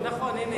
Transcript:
זה נכון.